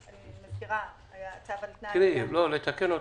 אני מזכירה, היה צו על תנאי --- לתקן אותך.